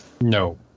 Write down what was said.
No